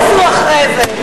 מה תעשו אחרי זה?